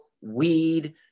weed